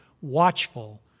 watchful